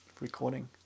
recording